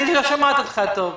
אני לא שומעת אותך טוב פשוט.